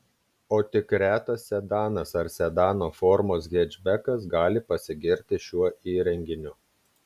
o tik retas sedanas ar sedano formos hečbekas gali pasigirti šiuo įrenginiu